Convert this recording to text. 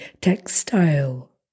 textile